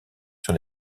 sur